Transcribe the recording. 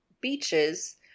beaches